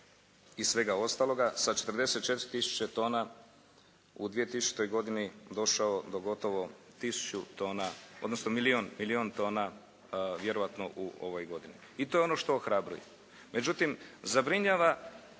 i svega ostaloga sa 44 tisuće tona u 2000. godini došao do gotovo tisuću tona odnosno milijun tona vjerojatno u ovoj godini. I to je ono što ohrabruje. Međutim, zabrinjava